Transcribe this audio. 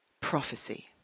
prophecy